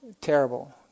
terrible